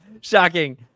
Shocking